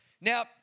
Now